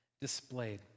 displayed